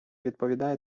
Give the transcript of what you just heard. відповідає